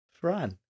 Fran